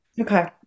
Okay